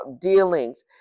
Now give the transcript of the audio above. dealings